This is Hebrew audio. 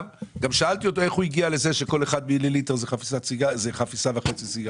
גם שאלתי אותו איך הוא הגיע לזה שכל מיליליטר זה חפיסה וחצי סיגריות.